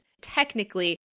technically